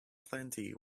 plenty